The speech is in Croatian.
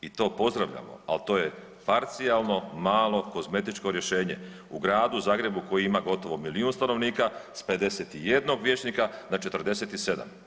To pozdravljamo, ali to je parcijalno, malo kozmetičko rješenje u gradu Zagrebu koji ima gotovo milijun stanovnika sa 51 vijećnika na 47.